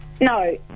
No